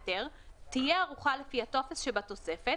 היתר) תהיה ערוכה לפי הטופס שבתוספת